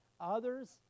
Others